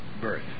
birth